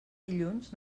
dilluns